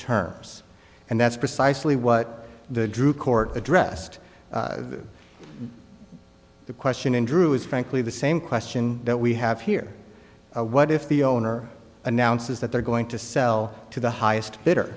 terms and that's precisely what the drew court addressed the question and drew is frankly the same question that we have here what if the owner announces that they're going to sell to the highest bidder